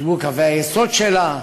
יוצגו קווי היסוד שלה,